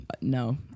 No